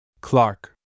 Clark